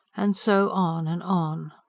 and so on and on.